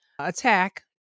attack